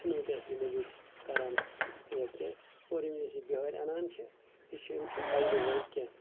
وٕنکیٚس یہِ موٚزوٗر کران تیٖژاہ کیٚنہہ اور ییٚمہِ وِزِ أسۍ یِم بِہٲرۍ اَنان چھِ یہِ چھُنہٕ یِم چھِنہٕ تَجرُب وٲلۍ کیٚنٛہہ